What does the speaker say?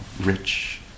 rich